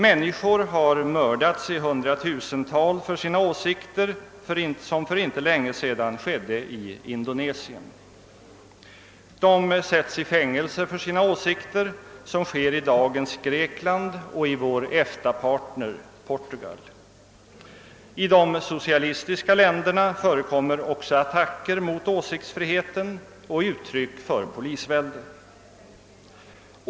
Människor har mördats i hundratusental för sina åsikter, såsom för inte länge sedan skedde i Indonesien. De sätts i fängelse för sina åsikter, såsom sker i dagens Grekland och i vår EFTA-partner Portugal. I de socialistiska länderna förekommer också attacker mot åsiktsfriheten och uttryck för polisvälde.